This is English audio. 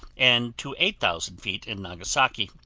and to eight thousand feet in nagasaki.